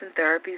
Therapies